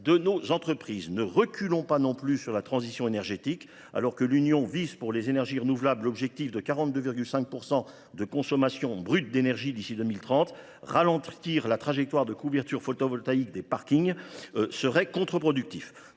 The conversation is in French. de nos entreprises. Ne reculons pas non plus sur la transition énergétique. Alors que l’Union européenne vise, pour les énergies renouvelables, l’objectif de 42,5 % de consommation brute d’énergie d’ici à 2030, ralentir la trajectoire de couverture photovoltaïque des parkings serait contre productif.